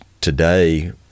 today